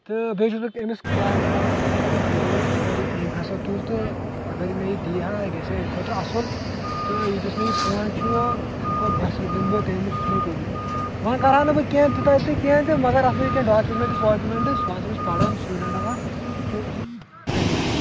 تہٕ بیٚیہِ چھُس بہٕ أمِس کیب ڈرٛیورس تہِ کَران گُزٲرِش اَگر یہِ أمۍ ہسا تُل تہٕ اَگر مےٚ یہِ دِیہِ ہا یہِ گَژھِ ہے میٛانہِ خٲطرٕ اَصٕل تہٕ ییٖتِس مےٚ یہِ فون چھُ تَمہِ کھۅتہٕ نٮ۪صف دِمہٕ بہٕ تٔمِس یُس مےٚ یہِ تُلہِ وۅنی کَرٕہا نہٕ بہٕ کیٚنٛہہ تیٛوٗتاہ تہِ کیٚنٛہہ تہِ مگر اَتھ منٛز چھِ کیٚنٛہہ ڈاکیٛوٗمٮ۪نٹس واکیٛوٗمٮ۪نٹس بہٕ ہسا چھُس پران سِٹوڈنٛٹ اَکھ تہٕ اَمی